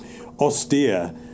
austere